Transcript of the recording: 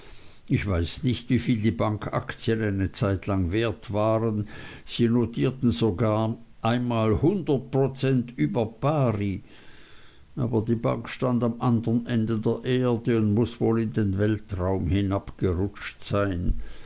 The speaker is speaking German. ich weiß nicht wieviel die bankaktien eine zeitlang wert waren sie notierten sogar einmal hundert prozent über pari aber die bank stand am andern ende der erde und muß wohl in den weltraum hinabgerutscht sein